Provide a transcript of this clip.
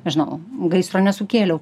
nežinau gaisro nesukėliau